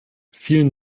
vielen